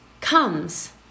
comes